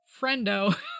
friendo